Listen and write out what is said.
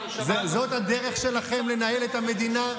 זאת הדרך שלכם לנהל את המדינה?